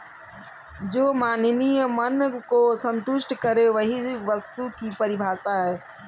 जो मानवीय मन को सन्तुष्ट करे वही वस्तु की परिभाषा है